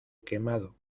quemado